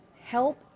help